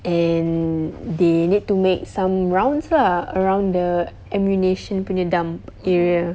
and they need to make some rounds lah around the ammunition punya dump area